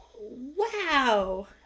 wow